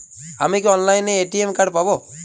আমি কি অনলাইনে এ.টি.এম কার্ড পাব?